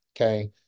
okay